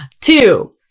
Two